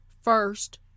First